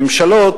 ממשלות,